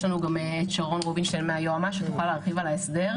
יש לנו גם שרון רובינשטיין מהיועמ"ש הוא יוכל להרחיב על ההסדר.